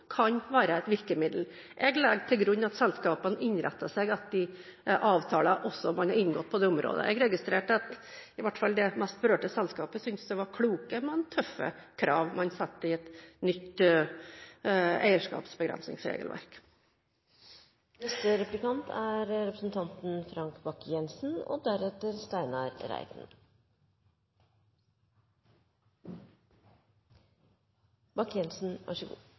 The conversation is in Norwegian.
kan være et virkemiddel. Jeg legger til grunn at selskapene innretter seg etter de avtalene som er inngått på dette området. Jeg registrerer at det mest berørte selskapet syntes at det var kloke, men tøffe krav man satte i et nytt eierskapsbegrensningsregelverk. I et bærekraftperspektiv snakker man om økonomisk bærekraft, økologisk bærekraft – gjerne sosial bærekraft. Når det gjelder havbruksnæringen, har man over år vokst, innovert og